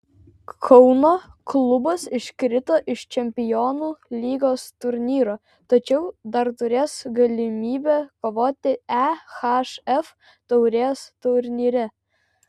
kauno klubas iškrito iš čempionų lygos turnyro tačiau dar turės galimybę kovoti ehf taurės turnyre